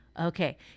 Okay